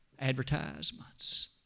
Advertisements